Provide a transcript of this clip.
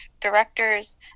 directors